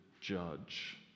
Judge